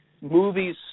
movies